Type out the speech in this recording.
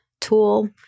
tool